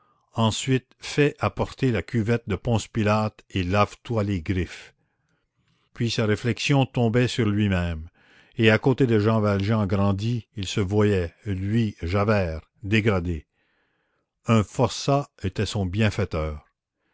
ensuite fais apporter la cuvette de ponce pilate et lave toi les griffes puis sa réflexion tombait sur lui-même et à côté de jean valjean grandi il se voyait lui javert dégradé un forçat était son bienfaiteur